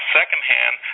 secondhand